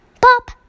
pop